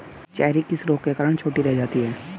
Cherry किस रोग के कारण छोटी रह जाती है?